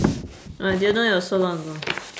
oh I didn't know it was so long ago